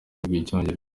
rw’icyongereza